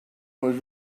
was